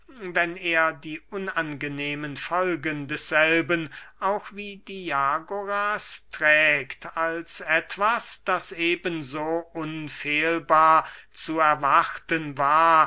wenn er die unangenehmen folgen desselben auch wie diagoras trägt als etwas das eben so unfehlbar zu erwarten war